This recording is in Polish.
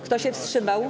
Kto się wstrzymał?